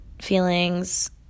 feelings